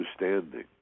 understanding